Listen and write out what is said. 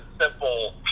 simple